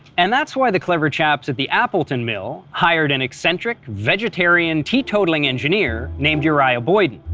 and that's why the clever chaps at the appleton mill hired an eccentric, vegetarian, tee-totaling engineer named uriah boyden.